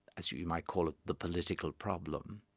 as you might call it, the political problem,